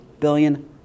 billion